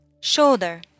Shoulder